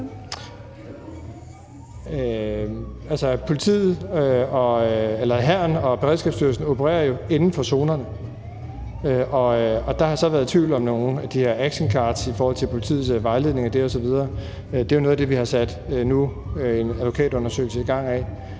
Hæren og Beredskabsstyrelsen opererer jo inden for zonerne, og der har så været tvivl om nogle af de her action cards i forhold til politiets vejledning vedrørende det osv., og det er jo noget af det, vi nu har sat en advokatundersøgelse i gang af.